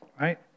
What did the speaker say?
right